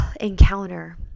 encounter